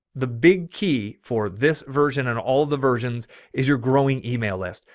the big key for this version and all of the versions is your growing email list.